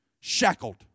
shackled